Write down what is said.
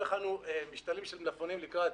לא הכנו משתלים של מלפפונים לקראת